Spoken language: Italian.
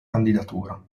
candidatura